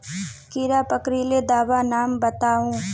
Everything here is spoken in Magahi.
कीड़ा पकरिले दाबा नाम बाताउ?